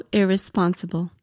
irresponsible